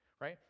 right